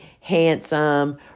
handsome